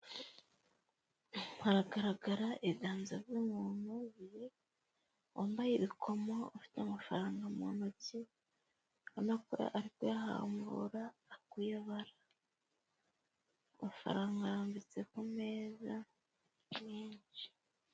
Haragaragara ibiganza by'umuntu bibiri, wambaye ibikomo ufite amafaranga mu ntoki. Ubona ko ari kuyahambura, kuyabara. Amafaranga arambitse ku meza menshi.